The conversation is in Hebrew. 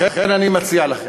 לכן אני מציע לכם,